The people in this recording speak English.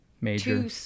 major